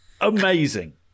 Amazing